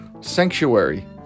sanctuary